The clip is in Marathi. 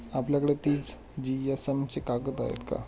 आपल्याकडे तीस जीएसएम चे कागद आहेत का?